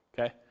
okay